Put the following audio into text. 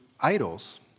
idols